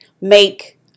make